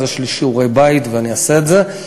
אז יש לי שיעורי-בית ואני אעשה את זה.